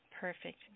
Perfect